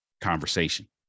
conversation